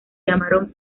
llamaron